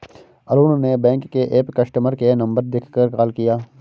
अरुण ने बैंक के app customer care number देखकर कॉल किया